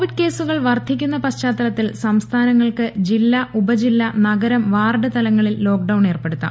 Covid കേസുകൾ വർധിക്കുന്ന പശ്ചാത്തലത്തിൽ സംസ്ഥാനങ്ങൾക്ക് ജില്ലാ ഉപജില്ലാ നഗരം വാർഡ് തലങ്ങളിൽ ലോക്ക്ഡൌൺ ഏർപ്പെടുത്താം